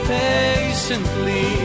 patiently